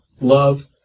love